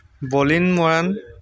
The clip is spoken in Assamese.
বলীন মৰাণ